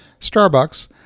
Starbucks